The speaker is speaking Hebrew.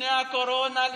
לפני הקורונה,